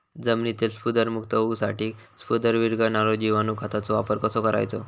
जमिनीतील स्फुदरमुक्त होऊसाठीक स्फुदर वीरघळनारो जिवाणू खताचो वापर कसो करायचो?